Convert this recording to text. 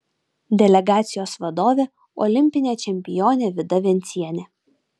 delegacijos vadovė olimpinė čempionė vida vencienė